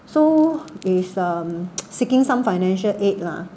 so he's um seeking some financial aid lah